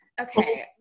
Okay